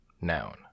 noun